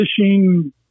fishing